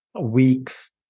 weeks